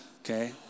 okay